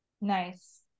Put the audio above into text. Nice